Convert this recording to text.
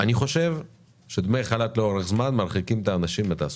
אני חושב שדמי חל"ת לאורך זמן מרחיקים את האנשים מתעסוקה.